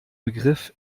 begriff